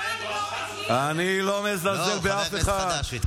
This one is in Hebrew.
אני לא מזלזל באף אחד.